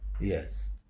Yes